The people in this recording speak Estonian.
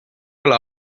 ole